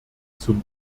zum